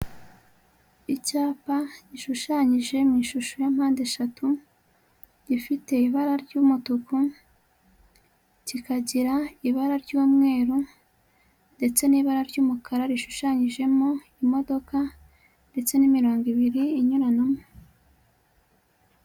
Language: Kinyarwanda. Icyapa gishushanyije mu ishusho y'impande eshatu, gifite ibara ry'umutuku, kikagira ibara ry'umweru ndetse n'ibara ry'umukara rishushanyijemo imodoka, ndetse n'imirongo ibiri inyuranamo.